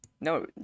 No